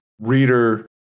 reader